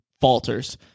falters